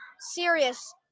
Serious